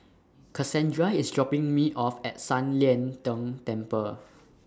Cassandra IS dropping Me off At San Lian Deng Temple